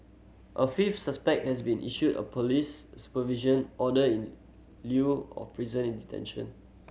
a fifth suspect has been issued a police supervision order in lieu of prison detention